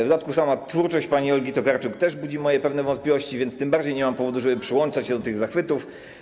W dodatku sama twórczość pani Olgi Tokarczuk też budzi moje pewne wątpliwości, więc tym bardziej nie mam powodu, żeby przyłączać się do tych zachwytów.